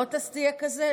לא תהיה כזה,